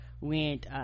went